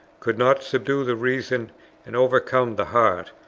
could not subdue the reason and overcome the heart,